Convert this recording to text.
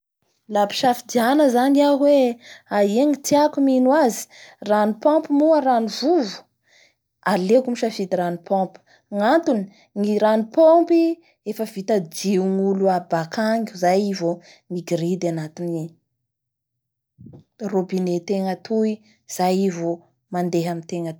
La ampisafidiana zany aho hoe aia ny tiako mino azy rano pompy moa rano vovo, aleoko misafidy rano pompy gnatony ny rano pompy efa vita dion'olo aby bakany zay i vo migiridy anatin'ny robinet tegna toy, izay i vo mandeha amitenga atoy.